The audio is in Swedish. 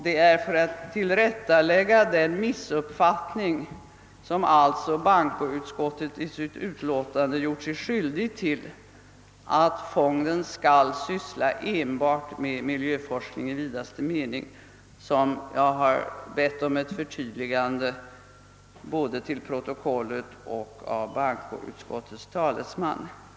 Det är för att tillrättalägga den missuppfattning som bankoutskottet i sitt utlåtande alltså gjort sig skyldigt till, nämligen att fonden skall syssla enbart med miljöforskning i vidaste mening, som jag har bett om ett förtydligande både till protokollet och av bankoutskottets talesman.